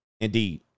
Indeed